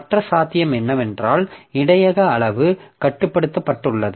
மற்ற சாத்தியம் என்னவென்றால் இடையக அளவு கட்டுப்படுத்தப்பட்டுள்ளது